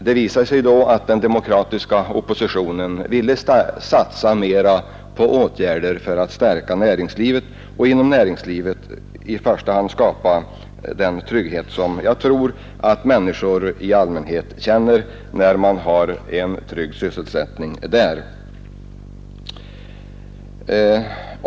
Det visade sig då att den demokratiska oppositionen ville vid sidan om åtgärder via arbetsmarknadsstyrelsen satsa mera på insatser för att stärka näringslivet och skapa den trygghet som jag tror att människor i allmänhet känner när de har en god sysselsättning där.